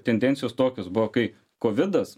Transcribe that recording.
tendencijos tokios buvo kai kovidas